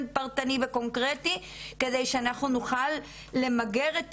פרטני וקונקרטי כדי שאנחנו נוכל למגר את